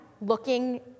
looking